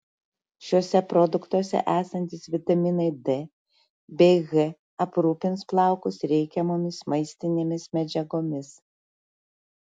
šiuose produktuose esantys vitaminai d bei h aprūpins plaukus reikiamomis maistinėmis medžiagomis